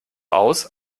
aus